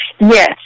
Yes